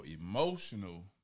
emotional